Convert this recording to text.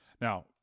Now